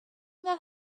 that